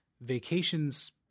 vacations